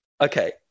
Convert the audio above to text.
Okay